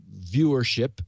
viewership